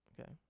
Okay